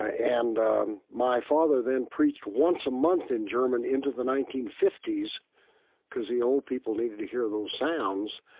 ah and um my father then preached once a month in german into the nineteen fifty s because the old people needed to hear those sounds.